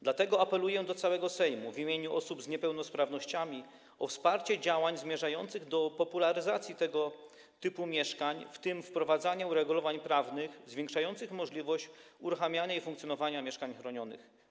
Dlatego apeluję do całego Sejmu w imieniu osób z niepełnosprawnościami o wsparcie działań zmierzających do popularyzacji tego typu mieszkań, w tym wprowadzenie uregulowań prawnych zwiększających możliwość uruchamiania i funkcjonowania mieszkań chronionych.